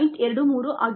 23 ಆಗಿತ್ತು